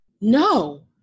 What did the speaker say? no